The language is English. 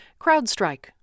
CrowdStrike